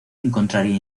encontraría